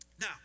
Now